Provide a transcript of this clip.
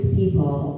people